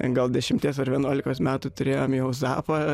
gal dešimties ar vienuolikos metų turėjom jau zapą